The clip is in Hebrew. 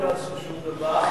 כמה שנים לא עשו שום דבר?